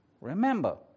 Remember